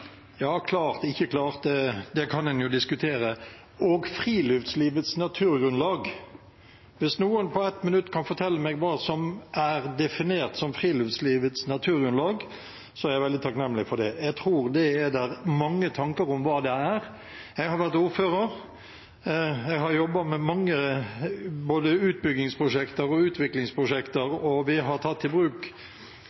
klart eller ikke klart, det kan en jo diskutere – og friluftslivets naturgrunnlag. Hvis noen på ett minutt kan fortelle meg hva som er definert som friluftslivets naturgrunnlag, vil jeg være veldig takknemlig for det. Jeg tror det er mange tanker om hva det er. Jeg har vært ordfører, jeg har jobbet med mange både utbyggingsprosjekter og utviklingsprosjekter,